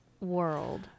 world